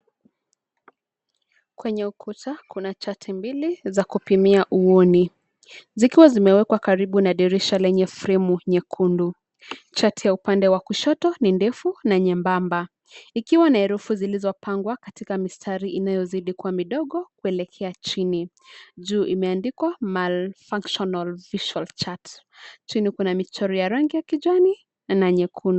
Kwenye ukuta kuna chati mbili za kupimia uoni zikiwa zimewekwa karibu na dirisha lenye fremu nyekundu. Chati ya upande wa kushoto ni ndefu na nyembamba ikiwa na herufu zilizopangwa katika mistari liyozidi kuwa midogo kuelekea chini juu imeandikwa malfunctional official chart chini kuna michoro ya rangi ya kijani na nyekundu.